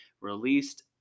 released